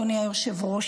אדוני היושב-ראש,